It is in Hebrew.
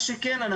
מה שכן,